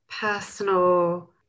personal